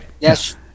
Yes